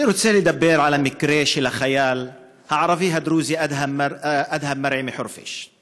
אני רוצה לדבר על המקרה של החייל הערבי הדרוזי אדהם מרעי מחורפיש;